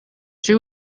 she